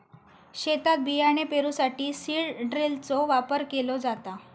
शेतात बियाणे पेरूसाठी सीड ड्रिलचो वापर केलो जाता